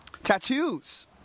Tattoos